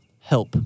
help